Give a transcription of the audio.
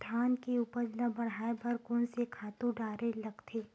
धान के उपज ल बढ़ाये बर कोन से खातु डारेल लगथे?